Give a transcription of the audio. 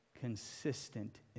Consistent